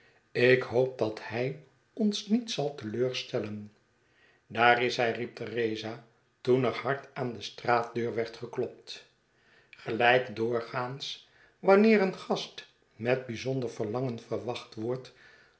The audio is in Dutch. ik hoop dat hij oris niet zal te leur stellen daar is hij riep theresa toen er hard aan de straatdeur werd geklopt gelijk doorgaans wanneer een gast met bijzonder verlangen verwacht wordt